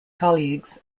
colleagues